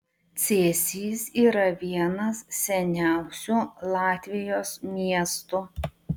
cėsys yra vienas seniausių latvijos miestų